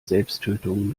selbsttötung